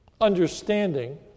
understanding